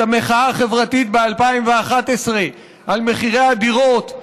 את המחאה החברתית ב-2011 על מחירי הדירות,